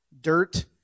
dirt